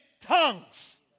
tongues